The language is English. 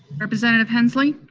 representative hensley?